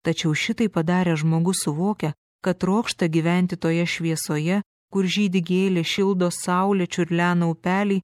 tačiau šitai padaręs žmogus suvokia kad trokšta gyventi toje šviesoje kur žydi gėlės šildo saulė čiurlena upeliai